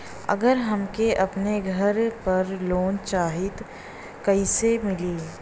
अगर हमके अपने घर पर लोंन चाहीत कईसे मिली?